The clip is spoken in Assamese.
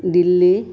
দিল্লী